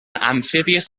amphibious